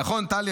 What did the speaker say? נכון, טלי?